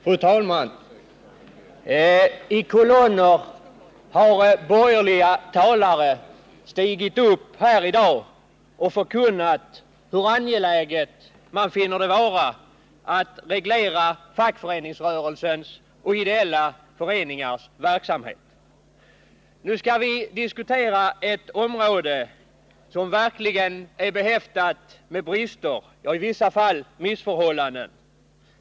Fru talman! I kolonner har borgerliga talare i dag stigit upp i kammarens talarstol och förkunnat hur angeläget det är att reglera fackföreningsrörelsens och ideella föreningars verksamhet. Nu skall vi diskutera ett område som verkligen är behäftat med brister, i vissa fall missförhållanden.